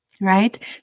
right